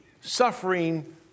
suffering